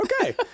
Okay